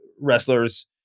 wrestlers